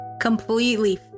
Completely